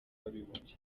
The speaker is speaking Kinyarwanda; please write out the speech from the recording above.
w’abibumbye